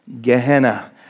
Gehenna